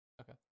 Okay